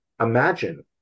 imagine